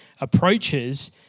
approaches